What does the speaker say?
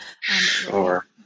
Sure